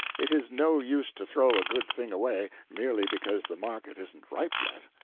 it is no use to throw a good thing away merely because the market isn't ripe yet.